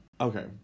Okay